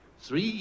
three